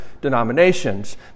denominations